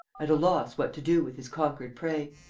at a loss what to do with his conquered prey.